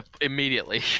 Immediately